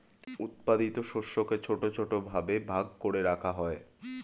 উৎপাদিত শস্যকে ছোট ছোট ভাবে ভাগ করে রাখা হয়